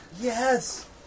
Yes